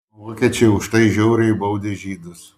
vokiečiai už tai žiauriai baudė žydus